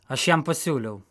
aš jam pasiūliau